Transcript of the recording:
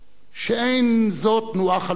שאין זו תנועה חלוצית.